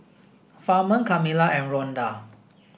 Ferman Kamila and Ronda